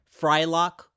Frylock